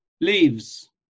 Leaves